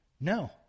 no